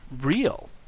real